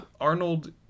Arnold